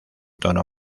tono